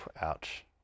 Ouch